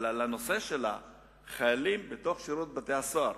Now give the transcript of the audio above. אבל בנושא החיילים בשירות בתי-הסוהר,